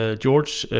ah george,